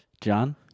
John